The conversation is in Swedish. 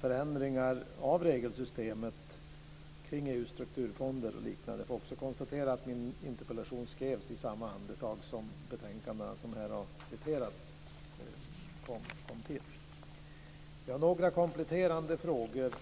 förändringar av regelsystemet kring EU:s strukturfonder och liknande. Jag får också konstatera att min interpellation skrevs i samma andetag som de betänkanden som näringsministern nämnde tillkom. Jag har några kompletterande frågor.